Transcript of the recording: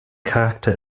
charakter